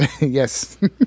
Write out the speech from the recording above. Yes